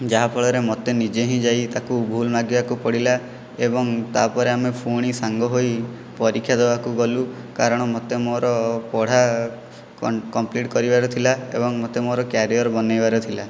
ଯାହାଫଳରେ ମୋତେ ନିଜେ ହିଁ ଯାଇ ତାକୁ ଭୁଲ ମାଗିବାକୁ ପଡ଼ିଲା ଏବଂ ତାପରେ ଆମେ ଫୁଣି ସାଙ୍ଗ ହୋଇ ପରୀକ୍ଷା ଦେବାକୁ ଗଲୁ କାରଣ ମୋତେ ମୋର ପଢ଼ା କମ୍ପିଲିଟ କରିବାର ଥିଲା ଏବଂ ମୋତେ ମୋର କ୍ୟାରିଅର ବନାଇବାର ଥିଲା